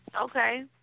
okay